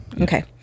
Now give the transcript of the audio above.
Okay